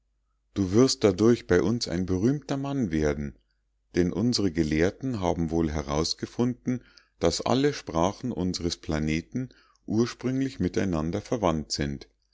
du wirst dadurch bei uns ein berühmter mann werden denn unsre gelehrten haben wohl herausgefunden daß alle sprachen unsres planeten ursprünglich miteinander verwandt sind